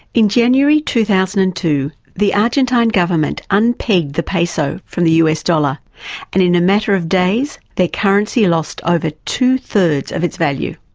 in january two thousand and two the argentine government unpegged the peso from the us dollar and in a matter of days their currency lost over ah two thirds of its value.